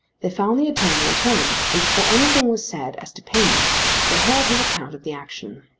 they found the attorney at home, and before anything was said as to payment they heard his account of the action.